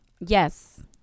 Yes